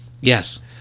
Yes